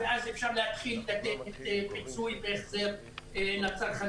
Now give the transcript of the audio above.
ואז אפשר להתחיל לתת פיצוי והחזר לצרכנים.